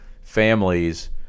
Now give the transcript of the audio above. families